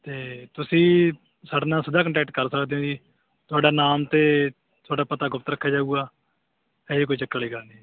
ਤਾਂ ਤੁਸੀਂ ਸਾਡੇ ਨਾਲ ਸਿੱਧਾ ਕੰਟੈਕਟ ਕਰ ਸਕਦੇ ਹੋ ਜੀ ਤੁਹਾਡਾ ਨਾਮ ਅਤੇ ਤੁਹਾਡਾ ਪਤਾ ਗੁਪਤ ਰੱਖਿਆ ਜਾਊਗਾ ਅਜਿਹੀ ਕੋਈ ਚੱਕਰ ਵਾਲੀ ਗੱਲ ਨਹੀਂ